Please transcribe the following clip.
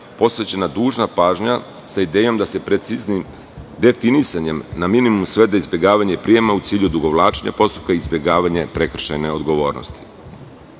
posvećena dužana pažnja sa idejom da se preciznim definisanjem na minimum svede izbegavanje prijema u cilju odugovlačenja postupka i izbegavanje prekršajne odgovornosti.U